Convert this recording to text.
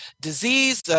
disease